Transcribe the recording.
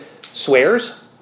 swears